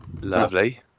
Lovely